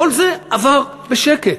כל זה עבר בשקט.